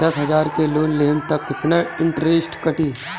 दस हजार के लोन लेहम त कितना इनट्रेस कटी?